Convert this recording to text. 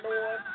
Lord